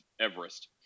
Everest